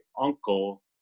uncle